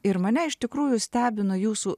ir mane iš tikrųjų stebina jūsų